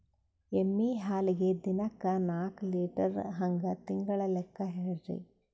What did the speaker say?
ಎಮ್ಮಿ ಹಾಲಿಗಿ ದಿನಕ್ಕ ನಾಕ ಲೀಟರ್ ಹಂಗ ತಿಂಗಳ ಲೆಕ್ಕ ಹೇಳ್ರಿ?